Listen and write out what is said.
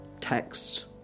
texts